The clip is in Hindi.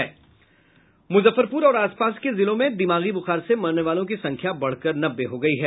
मुजफ्फरपुर और आसपास के जिलों में दिमागी बुखार से मरने वालों की संख्या बढ़कर नब्बे हो गई है